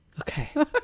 Okay